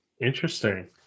Interesting